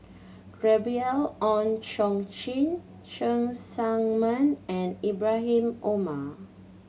Gabriel Oon Chong Jin Cheng Tsang Man and Ibrahim Omar